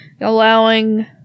Allowing